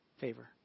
favor